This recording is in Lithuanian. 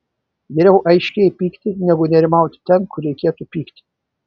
geriau aiškiai pykti negu nerimauti ten kur reikėtų pykti